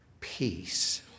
Peace